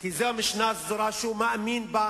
זה כמו לב.